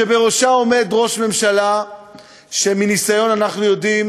שבראשה עומד ראש ממשלה שמניסיון אנחנו יודעים